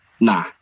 Nah